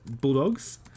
Bulldogs